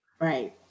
Right